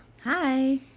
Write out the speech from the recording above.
Hi